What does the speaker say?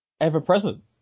ever-present